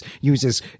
uses